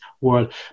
world